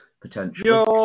potentially